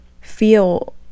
feel